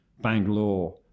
Bangalore